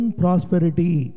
prosperity